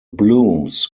blooms